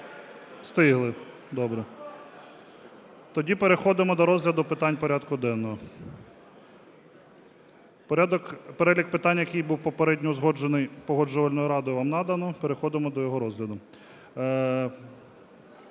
Встигли. Добре. Тоді переходимо до розгляду питань порядку денного. Перелік питань, який був попередньо узгоджений Погоджувальною радою, вам надано. Переходимо до його розгляду.